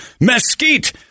mesquite